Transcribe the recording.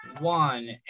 One